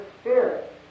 Spirit